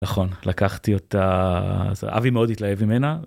נכון, לקחתי אותה, אז אבי מאוד התלהב ממנה.